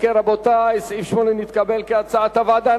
אם כן, רבותי, סעיף 8 נתקבל כהצעת הוועדה.